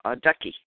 ducky